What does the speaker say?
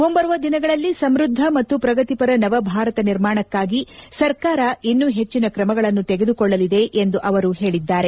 ಮುಂಬರುವ ದಿನಗಳಲ್ಲಿ ಸಮ್ನದ್ರ ಮತ್ತು ಪ್ರಗತಿಪರ ನವಭಾರತ ನಿರ್ಮಾಣಕಾಗಿ ಸರ್ಕಾರ ಇನ್ನು ಹೆಚ್ಚಿನ ತ್ರಮಗಳನ್ನು ತೆಗೆದುಕೊಳ್ಲಲಿದೆ ಎಂದು ಅವರು ಹೇಳಿದ್ದಾರೆ